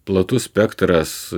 platus spektras